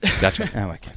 Gotcha